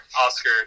Oscar